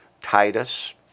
Titus